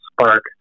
spark